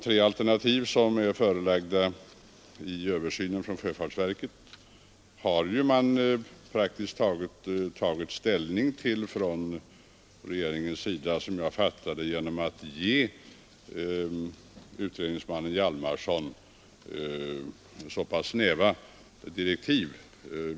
Så långt jag har fattat det har man praktiskt taget från regeringens sida tagit ställning till de tre alternativ som är förelagda i översynen från sjöfartsverket, genom att man givit utredningsmannen Hjalmarson så pass snäva direktiv.